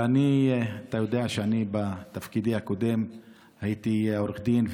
אתה יודע שאני בתפקידי הקודם הייתי עורך דין,